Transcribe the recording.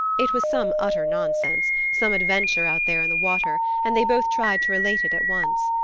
it was some utter nonsense some adventure out there in the water, and they both tried to relate it at once.